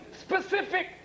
specific